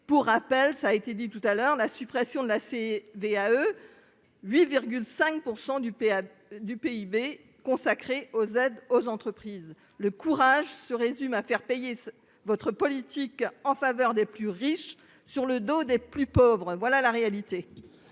Pour rappel, ça a été dit tout à l'heure, la suppression de la AC VAE. 8 5%. Du péage du PIB consacré aux aides aux entreprises le courage se résume à faire payer votre politique en faveur des plus riches sur le dos des plus pauvres. Voilà la réalité.